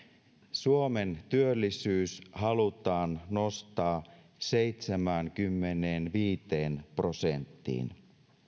suomen työllisyys halutaan nostaa seitsemäänkymmeneenviiteen prosenttiin